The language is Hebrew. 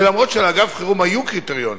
ולמרות שלאגף חירום היו קריטריונים,